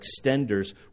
extenders